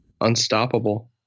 unstoppable